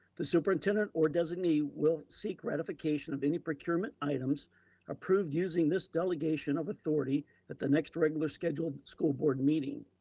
the superintendent or designee will seek gratification of any procurement items approved using this delegation of authority at the next regular scheduled school board meeting.